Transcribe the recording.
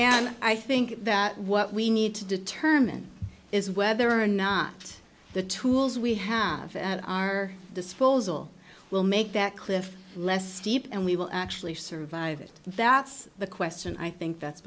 and i think that what we need to determine is whether or not the tools we have our disposal will make that cliff less steep and we will actually survive it that's the question i think that's